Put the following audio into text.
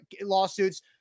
lawsuits